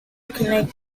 connect